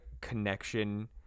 connection